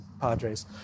Padres